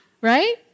right